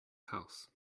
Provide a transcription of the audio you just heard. house